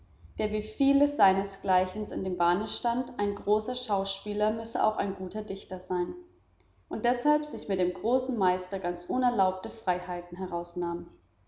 der wie viele seinesgleichen in dem wahne stand ein großer schauspieler müsse auch ein guter dichter sein und deshalb sich mit dem großen meister ganz unerlaubte freiheiten herausnahm